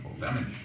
damage